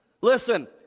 listen